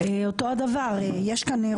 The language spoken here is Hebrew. רביזיה.